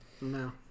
No